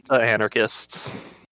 Anarchists